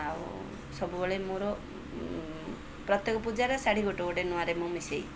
ଆଉ ସବୁବେଳେ ମୋର ପ୍ରତ୍ୟେକ ପୂଜାର ଶାଢ଼ୀ ଗୋଟେ ଗୋଟେ ନୂଆରେ ମୁଁ ମିଶାଇ